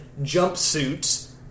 jumpsuits